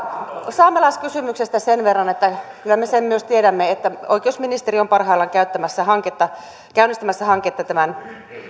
saamelaiskysymyksestä sen verran että kyllä me sen myös tiedämme että oikeusministeriö on parhaillaan käynnistämässä hanketta käynnistämässä hanketta tämän